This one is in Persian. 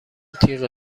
تیغ